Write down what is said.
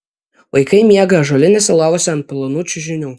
vaikai miega ąžuolinėse lovose ant plonų čiužinių